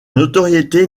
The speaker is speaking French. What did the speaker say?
notoriété